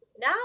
Now